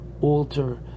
alter